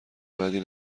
بدی